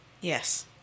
Yes